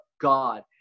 god